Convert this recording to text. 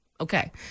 okay